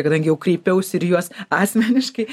kadangi jau kreipiausi ir į juos asmeniškai